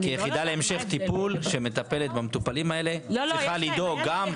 כי היחידה להמשך טיפול שמטפלת בטופלים האלה צריכה לדאוג גם --- לא,